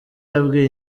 yabwiye